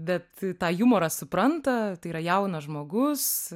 bet tą jumorą supranta tai yra jaunas žmogus